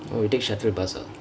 oh you take shuttle bus ah